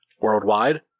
Worldwide